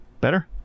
better